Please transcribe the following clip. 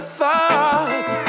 thoughts